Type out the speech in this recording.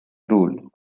rule